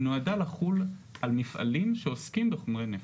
היא נועדה לחול על מפעלים שעוסקים בחומרי נפץ.